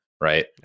Right